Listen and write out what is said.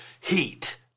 heat